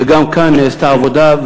וגם כאן נעשתה עבודה.